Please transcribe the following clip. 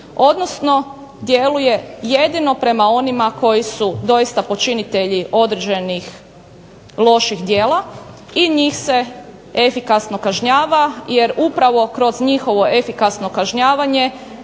odnosno djeluje jedino prema onima koji su doista počinitelji određenih loših djela i njih se efikasno kažnjava jer upravo kroz njihovo efikasno kažnjavanje